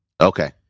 Okay